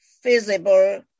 feasible